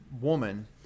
woman